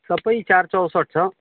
सबै चार चौसट्ठ छ